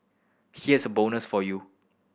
here's a bonus for you